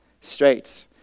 straight